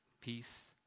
peace